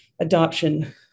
adoption